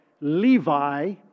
Levi